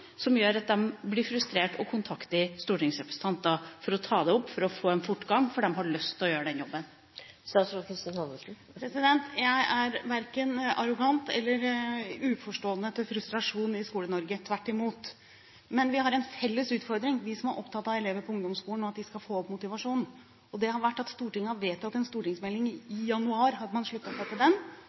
blir frustrerte. De kontakter stortingsrepresentanter for å ta det opp og for å få en fortgang, fordi de har lyst til å gjøre den jobben. Jeg er verken arrogant eller stiller meg uforstående til frustrasjonen i Skole-Norge – tvert imot. Men vi har en felles utfordring, vi som er opptatt av at elevene på ungdomsskolen skal få opp motivasjonen: Stortinget har gjort vedtak i forbindelse med en stortingsmelding – i januar sluttet man seg til den